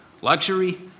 luxury